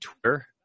twitter